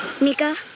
mika